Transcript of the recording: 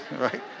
Right